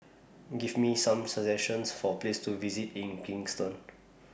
Give Me Some suggestions For Places to visit in Kingston